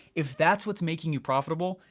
if that's what's making you profitable,